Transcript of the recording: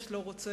יש לא רוצה.